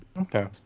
Okay